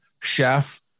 chef